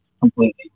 completely